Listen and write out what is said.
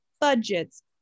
budgets